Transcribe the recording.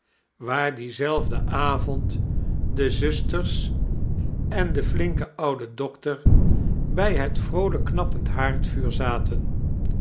waar dieinzelfden avond de zuters en die flinke oude dokter bij het vroolijk knappend haardvuur zaten